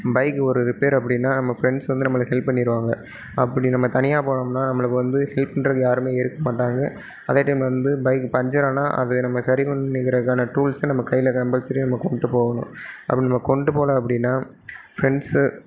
bike ஒரு repair அப்படின்னா நம்ம ஃப்ரெண்ட்ஸ் வந்து நம்மளுக்கு ஹெல்ப் பண்ணிடுவாங்க அப்படி நம்ம தனியாக போனோம்னால் நம்மளுக்கு வந்து ஹெல்ப் பண்றது யாருமே இருக்க மாட்டாங்க அதே டைமில் வந்து பைக்கு பஞ்சரானால் அதை நம்ம சரி பண்ணிக்கிறதுக்கான டூல்ஸை நம்ம கையில் கம்பல்சரி நம்ம கொண்டுட்டு போகணும் அப்படி நம்ம கொண்டுட்டு போகல அப்படின்னா ஃப்ரெண்ட்ஸு